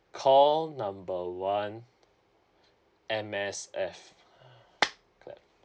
call number one M_S_F ya